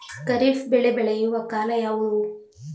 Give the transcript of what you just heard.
ಖಾರಿಫ್ ಬೆಳೆ ಬೆಳೆಯುವ ಕಾಲ ಯಾವುದು?